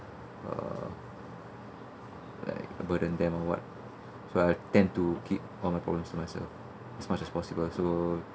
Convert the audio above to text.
uh like burden them or what so I tend to keep all my problems to myself as much as possible so